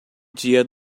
dia